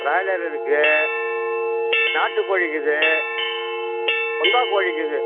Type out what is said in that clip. broiler இருக்குது நாட்டு கோழி இருக்குது பொந்தா கோழி இருக்குது